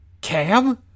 Cam